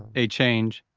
a change,